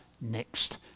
next